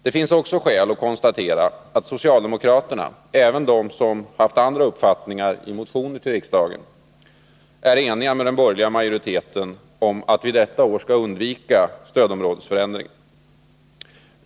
Det finns också skäl att konstatera att socialdemokraterna— även de som haft andra uppfattningar i motioner till riksdagen — är eniga med den borgerliga majoriteten om att vi detta år skall undvika stödområdesförändringar.